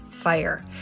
fire